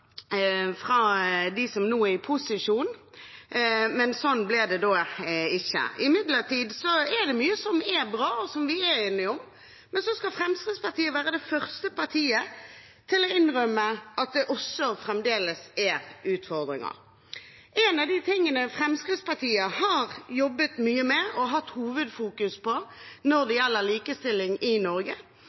fra denne talerstolen i fem år, selv om ingen internasjonale kåringer tyder på at Norge er i den situasjonen. Så jeg hadde håpet at kanskje tonen til dem som nå er i posisjon kunne vært litt annerledes i dag, men sånn ble det ikke. Imidlertid er mye bra, som vi er enige om. Men Fremskrittspartiet skal være det første partiet til å innrømme at det også fremdeles er utfordringer. En av de tingene